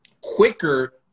quicker